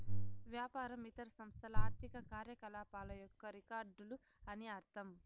వ్యాపారం ఇతర సంస్థల ఆర్థిక కార్యకలాపాల యొక్క రికార్డులు అని అర్థం